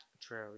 true